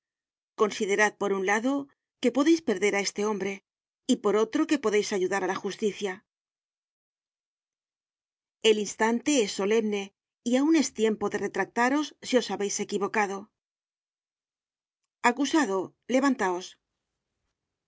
considerad por un lado que podeis perder á este hombre y por otro que podeis ayudar á la justicia el instante es solemne y aun es tiempo de retractaros si os habeis equivocado acusado levantáos